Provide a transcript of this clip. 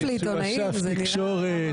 להתחנף לעיתונאים, זה נראה רע מאוד.